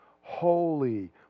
holy